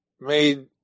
made